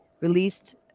released